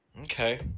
Okay